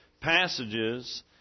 passages